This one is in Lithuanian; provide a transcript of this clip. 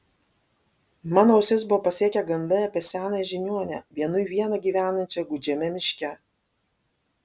mano ausis buvo pasiekę gandai apie senąją žiniuonę vienui vieną gyvenančią gūdžiame miške